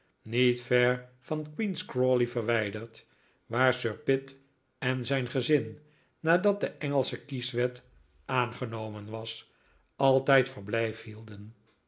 niet ver van queen's crawley verwijderd waar sir pitt en zijn gezin nadat de engelsche kieswet aangenomen was altijd verblijf hielden